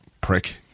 prick